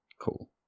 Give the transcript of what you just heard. Cool